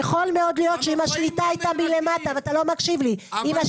מאוד יכול להיות שאם השליטה הייתה מלמטה --- אבל זה